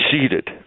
seated